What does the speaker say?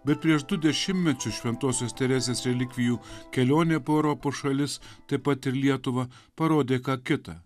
bet prieš du dešimtmečius šventosios teresės relikvijų kelionė po europos šalis taip pat ir lietuva parodė ką kita